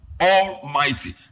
Almighty